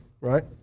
right